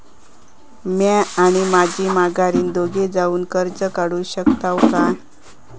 म्या आणि माझी माघारीन दोघे जावून कर्ज काढू शकताव काय?